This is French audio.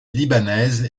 libanaise